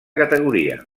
categoria